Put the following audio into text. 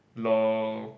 l_o_l